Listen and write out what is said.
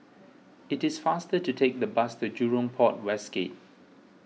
it is faster to take the bus to Jurong Port West Gate